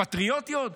פטריוטיות?